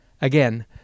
Again